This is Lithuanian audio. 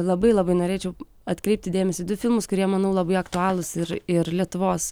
labai labai norėčiau atkreipti dėmesį į du filmus kurie manau labai aktualūs ir ir lietuvos